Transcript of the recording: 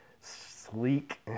sleek